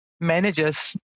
managers